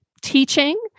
teaching